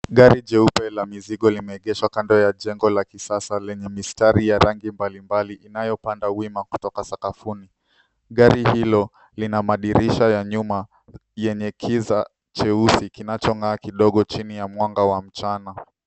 Gari jeupe la mizigo limeegeshwa kando ya jengo la kisasa lenye mistari ya rangi mbalimbali inayopanda wima kutoka sakafuni. Gari hilo lina madirisha ya nyuma yenye kiza cheusi kinachong'aa kidogo chini ya mwanga wa mchana.